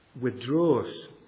withdraws